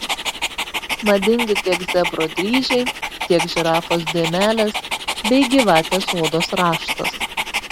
madingi tiek zebro dryžiai tiek žirafos dėmelės bei gyvatės odos raštas